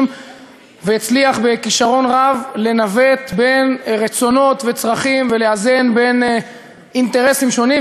והצליח בכישרון רב לנווט בין רצונות וצרכים ולאזן אינטרסים שונים.